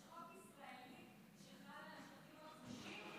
יש חוק ישראלי שחל על השטחים הכבושים?